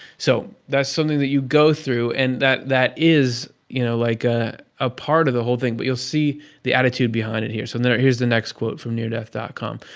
so that's something that you go through, and that that is you know like ah a part of the whole thing. but you'll see the attitude behind it here, so here's the next quote from near-death com.